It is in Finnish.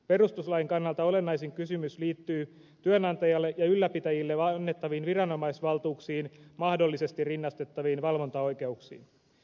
perustuslain kannalta olennaisin kysymys liittyy työnantajalle ja ylläpitäjille annettaviin viranomaisvaltuuksiin mahdollisesti rinnastettaviin valvontaoikeuksiin